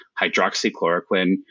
hydroxychloroquine